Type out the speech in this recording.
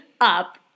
up